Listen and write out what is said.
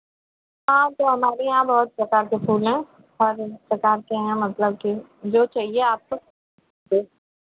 हाँ तो हमारे यहाँ बहुत प्रकार के फूल हैं हर प्रकार के हैं मतलब कि जो चाहिए आपको वे